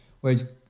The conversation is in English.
Whereas